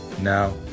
now